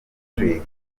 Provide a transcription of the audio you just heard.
patrick